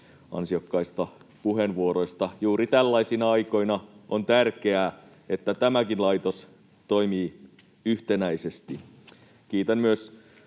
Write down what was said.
ansiokkaista puheenvuoroista. Juuri tällaisina aikoina on tärkeää, että tämäkin laitos toimii yhtenäisesti. Kiitän myös